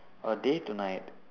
oh day to night